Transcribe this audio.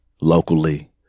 locally